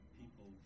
people